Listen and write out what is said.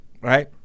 Right